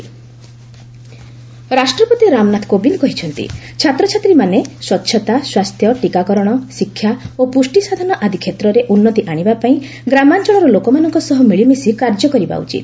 president ରାଷ୍ଟ୍ରପତି ରାମନାଥ କୋବିନ୍ଦ କହିଛନ୍ତି ଛାତ୍ରଛାତ୍ରୀମାନେ ସ୍ୱଚ୍ଛତା ସ୍ୱାସ୍ଥ୍ୟ ଟୀକାକରଣ ଶିକ୍ଷା ଓ ପ୍ରଷ୍ଟିସାଧନ ଆଦି କ୍ଷେତ୍ରରେ ଉନ୍ନତି ଆଣିବା ପାଇଁ ଛାତ୍ରଛାତ୍ରୀମାନେ ଗ୍ରାମାଞ୍ଚଳର ଲୋକମାନଙ୍କ ସହ ମିଳିମିଶି କାର୍ଯ୍ୟ କରିବା ଉଚିତ